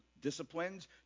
disciplines